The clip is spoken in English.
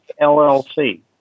LLC